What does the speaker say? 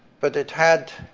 but it had